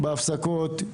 בהפסקות,